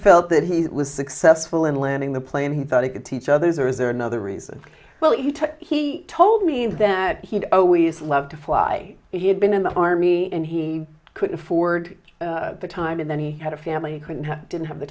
felt that he was successful in landing the plane he thought he could teach others or is there another reason well you took he told me that he'd always loved to fly he had been in the army and he could afford the time and then he had a family couldn't have didn't have the